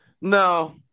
No